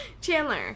Chandler